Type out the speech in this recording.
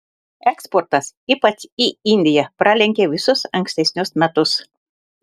eksportas ypač į indiją pralenkia visus ankstesnius metus